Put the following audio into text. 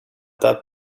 that